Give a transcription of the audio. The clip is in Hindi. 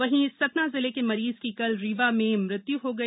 वहीं सतना जिले के मरीज की कल रीवा में मत्य् हो गई